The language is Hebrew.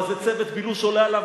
איזה צוות בילוש עולה עליו,